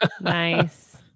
Nice